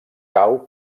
cau